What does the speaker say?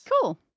Cool